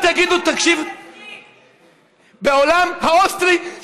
בעולם האוסטרי,